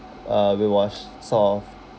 uh we was sort of